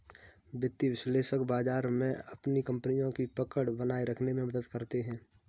वित्तीय विश्लेषक बाजार में अपनी कपनियों की पकड़ बनाये रखने में मदद करते हैं